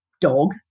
dog